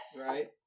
Right